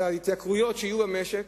על ההתייקרויות שיהיו במשק.